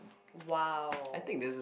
!wow!